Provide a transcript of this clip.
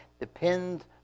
depends